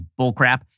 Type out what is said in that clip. bullcrap